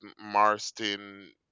marston